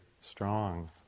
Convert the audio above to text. strong